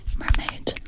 mermaid